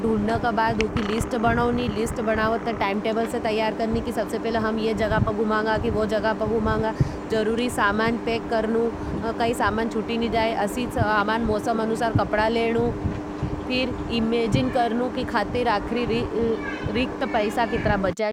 ढूणना का बाद उ की लिस्ट बनाओनी, लिस्ट बनाओता, टाइम टेबल से तैयार करनी, कि सबसे पहला हम ये जगापा घुमंगा। जरूरी समान पैक करनू, केई समान छूट नी जाए। मौसम अनुसार कपड़ा लेनु, फिर इमैजिन करनू कि खातिर अतिरिक्त पैसा कितना।